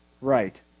Right